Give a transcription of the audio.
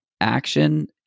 action